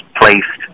placed